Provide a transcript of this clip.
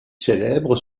célèbres